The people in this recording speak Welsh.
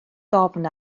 ddofn